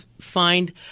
find